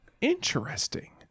Interesting